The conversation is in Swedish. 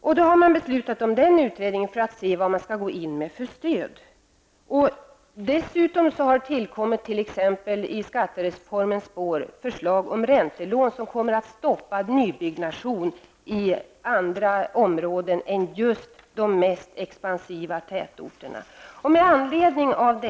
Regeringen har beslutat om denna utredning för att kunna se vilka stöd man skall gå in med. Dessutom har det i skattereformens spår tillkommit förslag om t.ex. räntelån, vilket kommer att stoppa nybyggande i andra områden än de mest expansiva tätorterna.